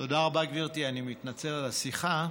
תודה רבה, גברתי, אני מתנצל על השיחה.